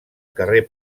carrer